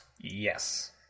Yes